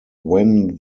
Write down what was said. when